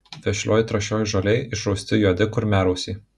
vešlioj trąšioj žolėj išrausti juodi kurmiarausiai